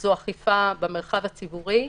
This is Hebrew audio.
זו אכיפה במרחב הציבורי